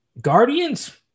guardians